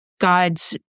God's